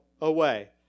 away